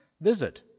visit